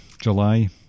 July